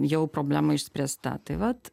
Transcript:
jau problema išspręsta tai vat